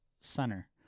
center